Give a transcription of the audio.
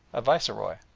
a viceroy.